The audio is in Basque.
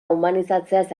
humanizatzeaz